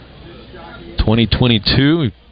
2022